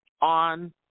on